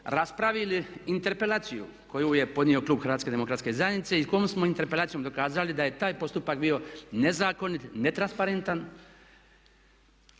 raspravili interpelaciju koju je podnio klub HDZ-a i kojom smo interpelacijom dokazali da je taj postupak bio nezakonit, netransparentan.